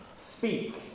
Speak